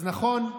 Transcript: אז נכון,